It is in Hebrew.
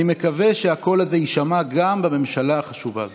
אני מקווה שהקול הזה יישמע גם בממשלה החשובה הזאת.